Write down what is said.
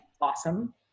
awesome